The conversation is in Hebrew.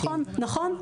נכון נכון.